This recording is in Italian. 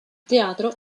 teatro